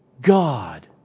God